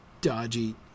dodgy